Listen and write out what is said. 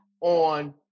on